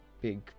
big